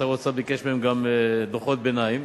שר האוצר ביקש מהם גם דוחות ביניים,